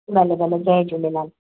भले भले जय झूलेलाल